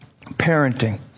parenting